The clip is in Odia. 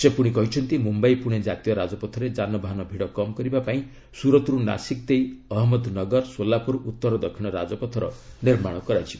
ସେ ପୁଣି କହିଛନ୍ତି ମୁମ୍ଭାଇ ପୁଣେ ଜାତୀୟ ରାଜପଥରେ ଯାନବାହନ ଭିଡ଼ କମ୍ କରିବାପାଇଁ ସ୍ୱରତ୍ ରୁ ନାଶିକ୍ ଦେଇ ଅହମ୍ମଦନଗର ସୋଲାପୁର ଉତ୍ତର ଦକ୍ଷିଣ ରାଜପଥର ନିର୍ମାଣ କରାଯିବ